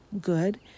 good